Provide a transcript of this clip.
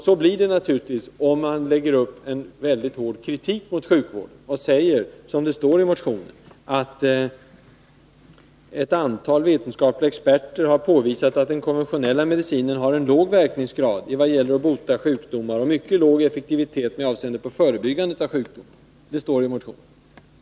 Så blir det naturligtvis om man riktar en mycket hård kritik mot sjukvården och säger, som man gör i motionen, att ett ”antal vetenskapliga experter under senare tid har påvisat att den konventionella medicinen har en förhållandevis låg verkningsgrad i vad gäller att bota sjukdomar och mycket låg effektivitet med avseende på förebyggandet av sjukdomar”. — Så står det i motionen.